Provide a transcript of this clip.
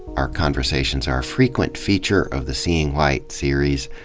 our conversations are a frequent feature of the seeing white series,